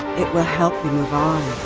it will help you move on.